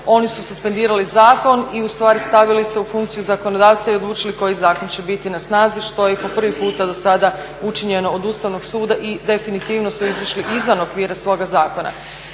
oni su suspendirali zakon i stavili se u funkciju zakonodavca i odlučili koji zakon će biti na snazi što je po prvi puta do sada učinjeno od Ustavnog suda i definitivno su izišli izvan okvira svoga zakona.